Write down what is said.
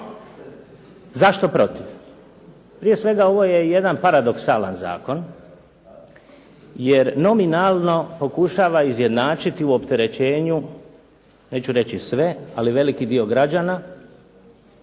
Zašto protiv? Prije svega ovo je jedan paradoksalan zakon, jer nominalno pokušava izjednačiti u opterećenju, neću reći sve, ali veliki dio građana,